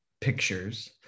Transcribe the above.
pictures